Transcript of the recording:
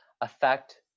affect